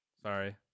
sorry